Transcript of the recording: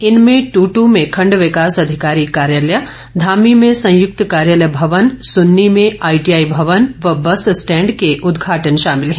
इनमें टुटू में खंड विकास अधिकारी कार्यालय धामी में संयुक्त कार्यालय भवन सुन्नी में आईटीआई भवन व बस स्टैंड के उदघाटन शामिल है